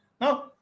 Now